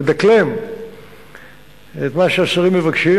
מדקלם את מה שהשרים מבקשים,